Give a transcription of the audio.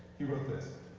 he wrote this.